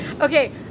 Okay